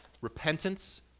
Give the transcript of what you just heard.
repentance